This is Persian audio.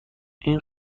این